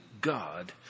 God